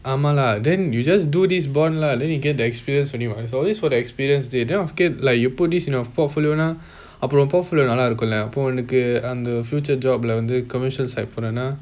ஆமா:aamaa lah then you just do this bond lah then you get the experience only what it's always for the experience dey then not scared like you put this in your portfolio now அப்ரம் உன்:apram un portfolio நல்லா இருக்கும்ல அப்பொ உனக்கு அந்த:nalla irukkumla appo unakku antha future job lah வந்து:vanthu commercial site போனேன்னா:ponnaenna